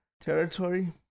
territory